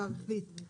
אם